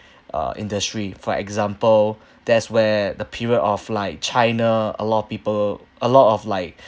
uh industry for example there's where the period of like china a lot of people a lot of like